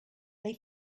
they